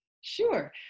Sure